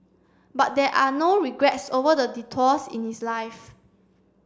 but there are no regrets over the detours in his life